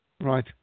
Right